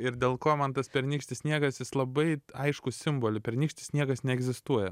ir dėl ko man tas pernykštis sniegas jis labai aiškų simbolį pernykštis sniegas neegzistuoja